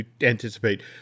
anticipate